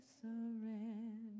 surrender